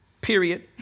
period